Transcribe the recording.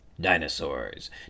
Dinosaurs